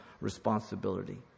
responsibility